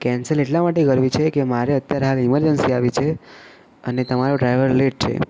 cancel એટલા માટે કરવી છે કે મારે અત્યારે હાલ ઇમરજન્સી આવી છે અને તમારો ડ્રાઈવર લેટ છે